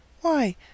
Why